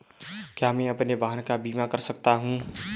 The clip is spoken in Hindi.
क्या मैं अपने वाहन का बीमा कर सकता हूँ?